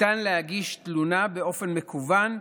ניתן להגיש תלונה באופן מקוון,